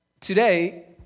today